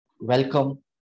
welcome